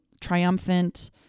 triumphant